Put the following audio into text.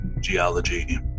geology